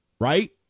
Right